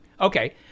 Okay